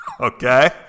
Okay